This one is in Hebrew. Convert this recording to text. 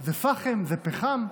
"פחם" זה פחם?